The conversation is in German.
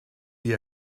die